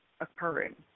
occurring